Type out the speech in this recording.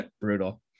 brutal